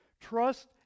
Trust